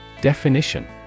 Definition